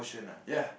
ya